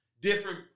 different